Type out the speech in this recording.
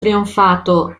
trionfato